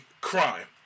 crime